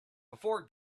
before